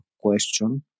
question